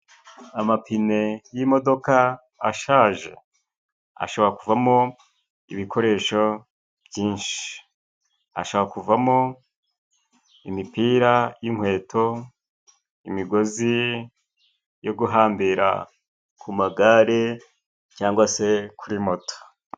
Amapine y'imodoka ashaje ashobora kuvamo ibikoresho byinshi, ashobora kuvamo imipira y'inkweto, imigozi yo guhambira ku magare cyangwa se kuri moto.